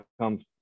come